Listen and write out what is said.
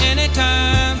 Anytime